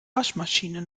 waschmaschine